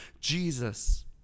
Jesus